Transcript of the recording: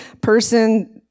person